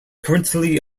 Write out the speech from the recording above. currently